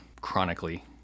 chronically